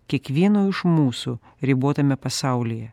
kiekvieno iš mūsų ribotame pasaulyje